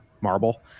marble